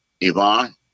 yvonne